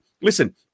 listen